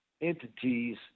entities